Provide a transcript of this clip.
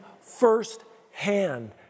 firsthand